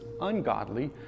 ungodly